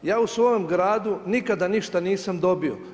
Ja u svojem gradu nikada ništa nisam dobio.